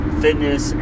fitness